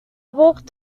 walked